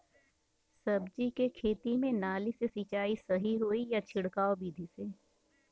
सब्जी के खेती में नाली से सिचाई सही होई या छिड़काव बिधि से?